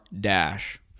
dash